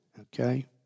okay